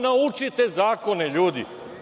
Naučite zakone, ljudi.